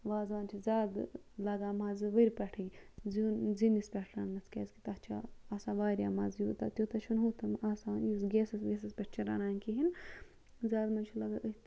وازوان چھِ زیادٕ لَگان مَزٕ وٕرِ پٮ۪ٹھٕے زیُن زِنِس پٮ۪ٹھ رَنںَس کیٛازِکہِ تَتھ چھِ آسان واریاہ مَزٕ یوٗتاہ تیوٗتاہ چھُنہٕ ہُتھَن آسان یُس گیسَس ویسَس پٮ۪ٹھ چھِ رَنان کِہیٖنۍ زیادٕ مَزٕ چھُ لَگان أتھۍ